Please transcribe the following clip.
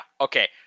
Okay